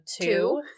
two